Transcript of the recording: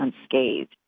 unscathed